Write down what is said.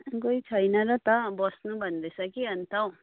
कोही छैन र त बस्नु भन्दै छ कि अन्त हौ